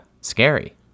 scary